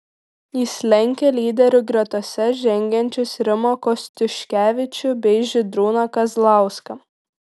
jis lenkia lyderių gretose žengiančius rimą kostiuškevičių bei žydrūną kazlauską